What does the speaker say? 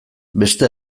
beste